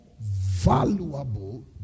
valuable